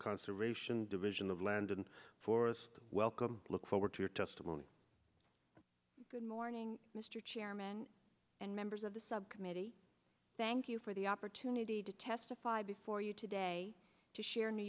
conservation division of land and forest welcome look forward to your testimony good morning mr chairman and members of the subcommittee thank you for the opportunity to testify before you today to share new